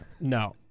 No